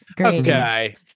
okay